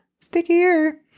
stickier